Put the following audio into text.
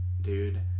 dude